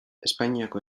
espainiako